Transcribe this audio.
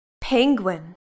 Penguin